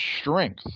strength